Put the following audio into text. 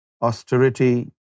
austerity